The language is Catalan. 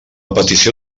petició